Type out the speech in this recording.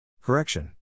Correction